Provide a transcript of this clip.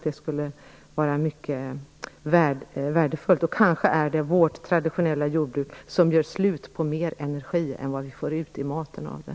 Det skulle vara mycket värdefullt. Kanske är det vårt traditionella jordbruk som gör slut på mer energi än vad vi får ut av det i maten.